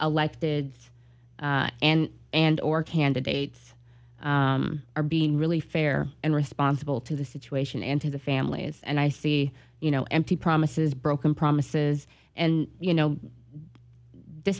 elected and and or candidates are being really fair and responsible to the situation and to the families and i see you know empty promises broken promises and you know th